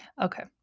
Okay